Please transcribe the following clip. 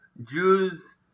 Jews